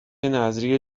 نذریه